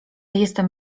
jestem